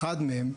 אחד מהם,